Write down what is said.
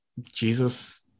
Jesus